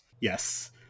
Yes